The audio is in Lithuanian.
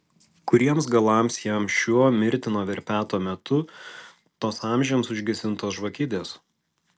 kuriems galams jam šiuo mirtino verpeto metu tos amžiams užgesintos žvakidės